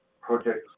projects